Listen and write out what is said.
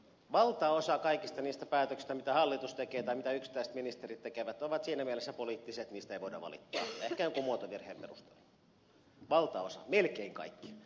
valtaosa kaikista niistä päätöksistä mitä hallitus tekee tai mitä yksittäiset ministerit tekevät on siinä mielessä poliittisia että niistä ei voi valittaa kuin ehkä jonkun muotovirheen perusteella valtaosa melkein kaikki